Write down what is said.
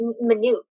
minute